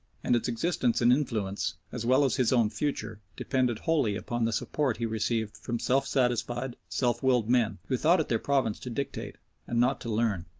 and its existence and influence, as well as his own future, depended wholly upon the support he received from self-satisfied, self-willed men, who thought it their province to dictate and not to learn.